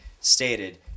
stated